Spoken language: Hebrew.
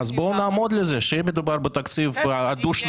אז בואו נעמוד על זה שאם מדובר בתקציב הדו-שנתי